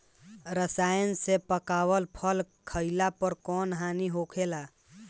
रसायन से पकावल फल खइला पर कौन हानि होखेला?